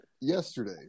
yesterday